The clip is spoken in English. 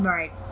Right